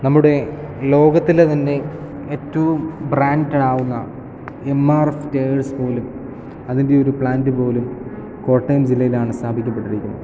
നമ്മുടെ ലോകത്തിലെ തന്നെ ഏറ്റവും ബ്രാൻഡ് ആകുന്ന എം ആർ എഫ് ടയർസ് പോലും അതിൻ്റെ ഒരു പ്ലാൻറ് പോലും കോട്ടയം ജില്ലയിലാണ് സ്ഥാപിക്കപ്പെട്ടിരിക്കുന്നത്